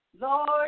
Lord